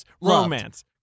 romance